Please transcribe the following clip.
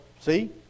see